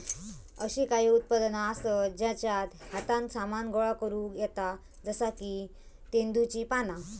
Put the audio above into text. अशी काही उत्पादना आसत जेच्यात हातान सामान गोळा करुक येता जसा की तेंदुची पाना